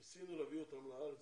ניסינו להביא אותם לארץ,